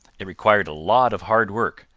it required a lot of hard work,